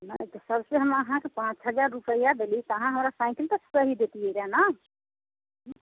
नहि तऽ सबसँ हम अहाँके पाँच हजार रूपैआ देली तऽ अहाँ हमरा साइकिल तऽ सही दैतियै रऽ ने